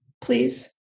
please